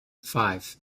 five